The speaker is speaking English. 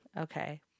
Okay